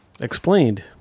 explained